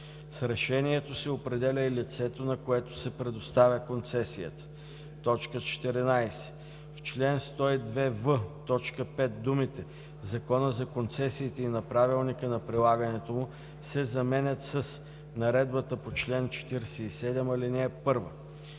С решението се определя и лицето, на което се предоставя концесията.“ 14. В чл. 102в, т. 5 думите „Закона за концесиите и на правилника за прилагането му“ се заменят с „наредбата по чл. 47, ал. 1“.